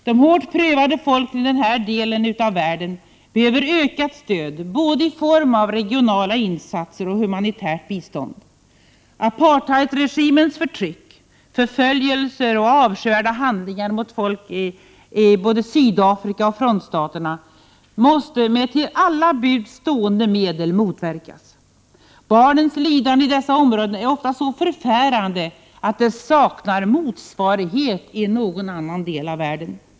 De hårt prövade folken i denna del av världen behöver ökat stöd i form av både regionala insatser och humanitärt bistånd. Apartheidregimens förtryck, förföljelser och avskyvärda handlingar mot folk i både Sydafrika och frontstaterna måste med alla till buds stående medel motverkas. Barnens lidande i dessa områden är ofta så förfärande att det saknar motsvarighet i någon annan del av världen.